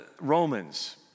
Romans